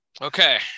Okay